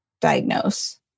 diagnose